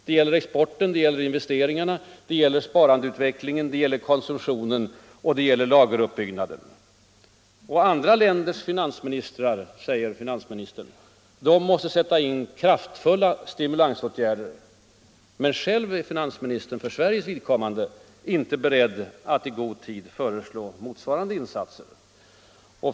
Det gäller exporten, det gäller investeringarna, det gäller sparandeutvecklingen, det gäller konsumtionen och det gäller lageruppbyggnaden. Andra länders finansministrar, säger finansministern, måste sätta in kraftfulla stimulansåtgärder. Men själv är finansministern inte beredd att i god tid föreslå motsvarande insatser för Sveriges vidkommande.